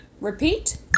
Repeat